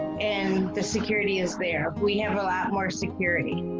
and the security is there. we have a lot more security.